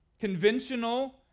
Conventional